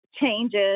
changes